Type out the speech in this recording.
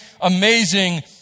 amazing